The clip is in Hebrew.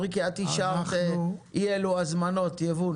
ריקי, את אישרת אי אלה הזמנות יבוא.